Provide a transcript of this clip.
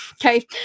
okay